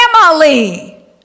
family